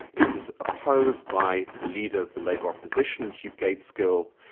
it was opposed by the leader of the labour opposition, hugh gaitskell,